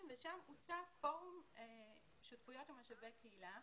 ושם הוצע פורום שותפויות ומשאבי קהילה.